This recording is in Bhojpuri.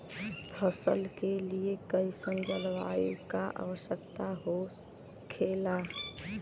फसल के लिए कईसन जलवायु का आवश्यकता हो खेला?